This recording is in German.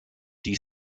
die